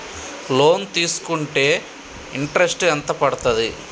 Loan తీస్కుంటే interest ఎంత పడ్తది?